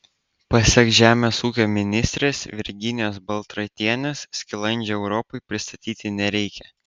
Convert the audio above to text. pasak žemės ūkio ministrės virginijos baltraitienės skilandžio europai pristatyti nereikia